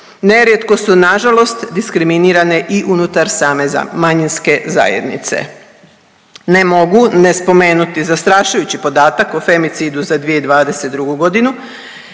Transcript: Nerijetko su nažalost diskriminirane i unutar same manjinske zajednice. Ne mogu ne spomenuti zastrašujući podatak o femicidu za 2022.g. na